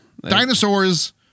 Dinosaurs